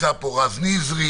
נמצא פה רז נזרי,